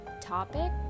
topic